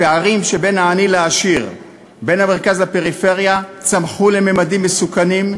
הפערים בין העני לעשיר ובין המרכז לפריפריה צמחו לממדים מסוכנים,